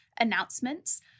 announcements